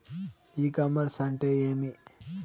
ఇ commerce అంటే ఏమి?